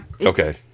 Okay